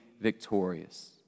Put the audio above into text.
victorious